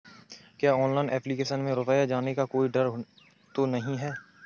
क्या online application में रुपया जाने का कोई डर तो नही है?